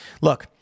Look